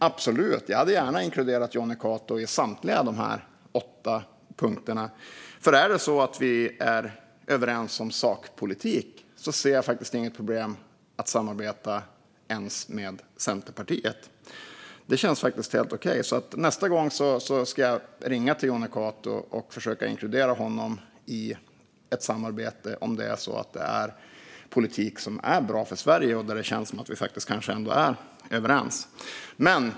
Jag hade absolut gärna inkluderat Jonny Cato i samtliga dessa åtta punkter. Är vi överens om sakpolitik ser jag faktiskt inget problem med att samarbeta ens med Centerpartiet. Det känns faktiskt helt okej. Nästa gång ska jag ringa till Jonny Cato och försöka inkludera honom i ett samarbete om det handlar om politik som är bra för Sverige och där det känns som att vi faktiskt kanske ändå är överens.